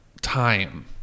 time